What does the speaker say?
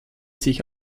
sich